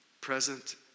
present